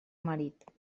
marit